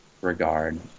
regard